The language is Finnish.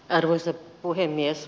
arvoisa puhemies